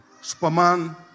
Superman